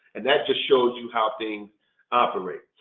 and that just shows you how things operate.